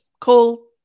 call